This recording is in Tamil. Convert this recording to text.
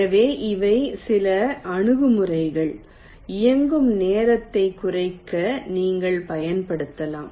எனவே இவை சில அணுகுமுறைகள் இயங்கும் நேரத்தைக் குறைக்க நீங்கள் பயன்படுத்தலாம்